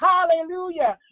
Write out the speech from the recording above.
Hallelujah